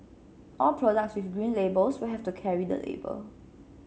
all products with Green Labels will have to carry the label